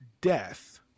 death